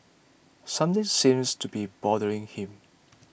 something seems to be bothering him